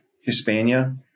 Hispania